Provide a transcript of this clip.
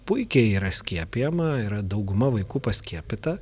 puikiai yra skiepijama yra dauguma vaikų paskiepyta